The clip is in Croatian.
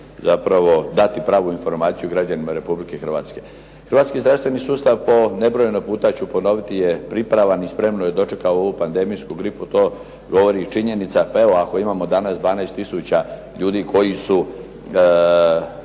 zapravo dati pravu informaciju građanima Republike Hrvatske. Hrvatski zdravstveni sustav, po nebrojeno puta ću ponoviti, je pripravan i spremno je dočekao ovu pandemijsku gripu. To govori i činjenica, evo ako imamo danas 12 tisuća ljudi koji su